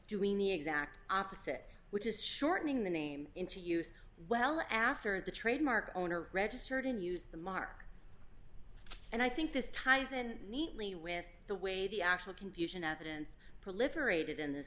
doing the exact opposite which is shortening the name into use well after the trademark owner registered in use the mark and i think this ties in neatly with the way the actual confusion evidence proliferated in this